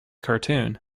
cartoon